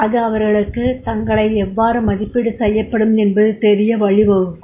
அது அவர்களுக்கு தங்களை எவ்வாறு மதிப்பீடு செய்யப்படும் என்பது தெரிய வழி வகுக்கும்